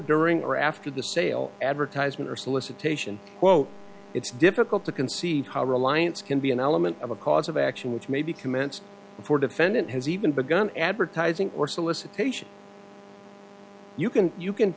during or after the sale advertisement or solicitation quote it's difficult to conceive how reliance can be an element of a cause of action which may be commenced before defendant has even begun advertising or solicitation you can you can